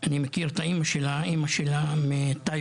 אני מכיר את האמא שלה, אמא שלה מטייבה.